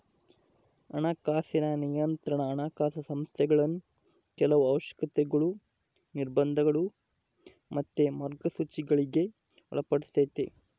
ಹಣಕಾಸಿನ ನಿಯಂತ್ರಣಾ ಹಣಕಾಸು ಸಂಸ್ಥೆಗುಳ್ನ ಕೆಲವು ಅವಶ್ಯಕತೆಗುಳು, ನಿರ್ಬಂಧಗುಳು ಮತ್ತೆ ಮಾರ್ಗಸೂಚಿಗುಳ್ಗೆ ಒಳಪಡಿಸ್ತತೆ